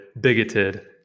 bigoted